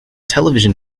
television